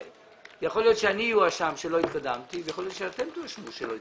יכול להיות שאני אואשם בכך שלא התקדמתי ויכול להיות שאתם תואשמו.